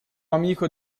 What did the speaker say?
amico